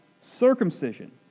circumcision